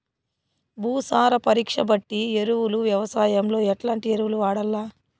భూసార పరీక్ష బట్టి ఎరువులు వ్యవసాయంలో ఎట్లాంటి ఎరువులు వాడల్ల?